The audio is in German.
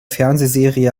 fernsehserie